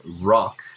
rock